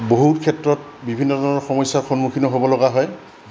বহু ক্ষেত্ৰত বিভিন্ন ধৰণৰ সমস্যাৰ সন্মুখীন হ'ব লগা হয়